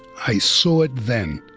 i saw it then,